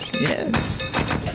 Yes